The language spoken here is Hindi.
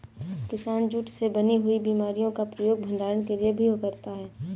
किसान जूट से बनी हुई बोरियों का प्रयोग भंडारण के लिए भी करता है